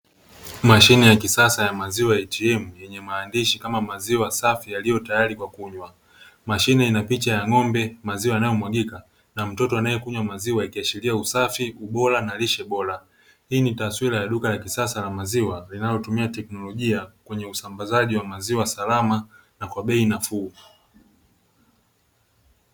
Mashine ya kisasa ya maziwa ATM yenye maandishi kama maziwa safi yaliyo tayari kwa kunywa, mashine inapicha ya ng’ombe, maziwa yanayo mwagika na mtoto anayekunywa maziwa akiashiria usafi, ubora na lishe bora; hii ni taswira ya duka la kisasa la maziwa linalotumia teknolojia kwenye usambazaji wa maziwa salama na kwa bei nafuu.